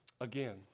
again